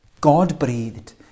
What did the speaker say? God-breathed